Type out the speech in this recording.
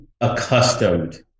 accustomed